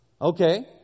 Okay